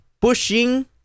pushing